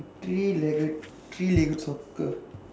three legged three legged soccer